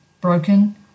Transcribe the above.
Broken